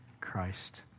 Christ